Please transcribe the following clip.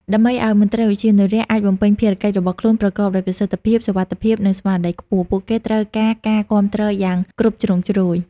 ដើម្បីឲ្យមន្ត្រីឧទ្យានុរក្សអាចបំពេញភារកិច្ចរបស់ខ្លួនប្រកបដោយប្រសិទ្ធភាព សុវត្ថិភាព និងស្មារតីខ្ពស់ ពួកគេត្រូវការការគាំទ្រយ៉ាងគ្រប់ជ្រុងជ្រោយ។